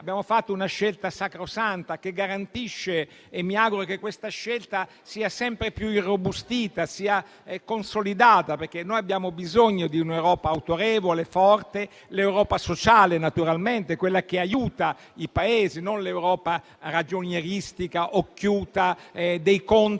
europea, una scelta sacrosanta e mi auguro che sia sempre più irrobustita e consolidata, perché noi abbiamo bisogno di un'Europa autorevole e forte, dell'Europa sociale naturalmente, quella che aiuta i Paesi, non dell'Europa ragionieristica e occhiuta dei conti